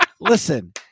listen